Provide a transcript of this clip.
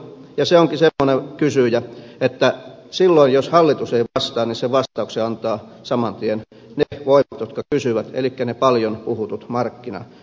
ja se onkin semmoinen kysyjä että silloin jos hallitus ei vastaa niin sen vastauksen antavat saman tien ne voimat jotka kysyvät elikkä ne paljon puhutut markkinavoimat